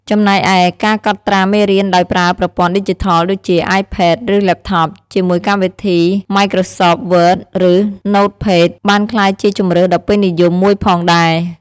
ចំណែកឯ ការកត់ត្រាមេរៀនដោយប្រើប្រព័ន្ធឌីជីថល ដូចជា អាយផេត ឬ ឡេបថប ជាមួយកម្មវិធី ម៉ាយក្រសប វើត ឬ ណូតផេត បានក្លាយជាជម្រើសដ៏ពេញនិយមមួយផងដែរ។